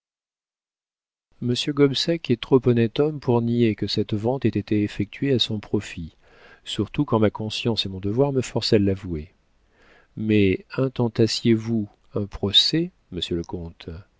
monsieur gobseck est trop honnête homme pour nier que cette vente ait été effectuée à son profit surtout quand ma conscience et mon devoir me forcent à l'avouer mais intentassiez vous un procès monsieur le